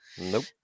Nope